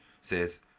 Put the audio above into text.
says